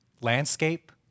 landscape